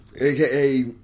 AKA